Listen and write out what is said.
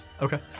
Okay